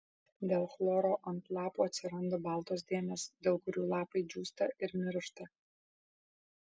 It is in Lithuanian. dėl chloro ant lapų atsiranda baltos dėmės dėl kurių lapai džiūsta ir miršta